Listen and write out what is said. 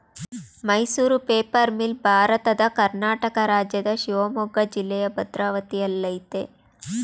Mysuru paper mill ಭಾರತದ ಕರ್ನಾಟಕ ರಾಜ್ಯದ ಶಿವಮೊಗ್ಗ ಜಿಲ್ಲೆಯ ಭದ್ರಾವತಿಯಲ್ಲಯ್ತೆ